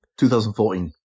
2014